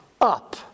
up